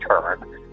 turn